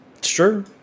Sure